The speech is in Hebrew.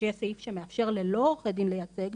שיש סעיף שמאפשר ללא עורכי דין לייצג,